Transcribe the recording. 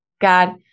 God